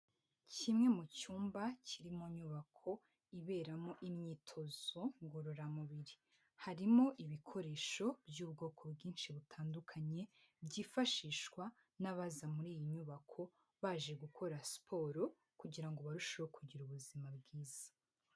Kimwe mu cyumba kiri mu nyubako iberamo imyitozo ngororamubiri. Harimo ibikoresho by'ubwoko butandukanye byifashishwa nabaza muri'yi nyubako baje gukora siporo kugira ngo barusheho kugira ubuzima bwiza.